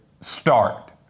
start